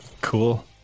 Cool